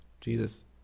Jesus